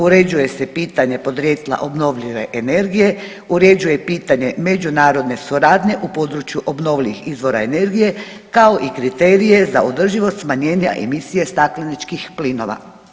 Uređuje se pitanje podrijetla obnovljive energije, uređuje pitanje međunarodne suradnje u području obnovljivih izvora energije kao i kriterije za održivost smanjenja emisije stakleničkih plinova.